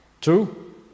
Two